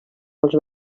els